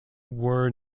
were